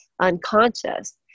unconscious